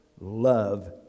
Love